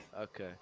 Okay